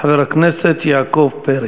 חבר הכנסת יעקב פרי.